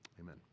amen